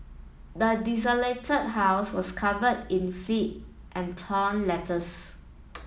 the desolated house was covered in filth and torn letters